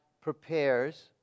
prepares